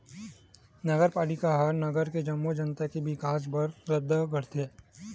नगरपालिका ह नगर के जम्मो जनता के बिकास बर रद्दा गढ़थे